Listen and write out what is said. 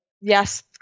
yes